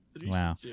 Wow